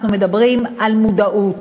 אנחנו מדברים על מודעות.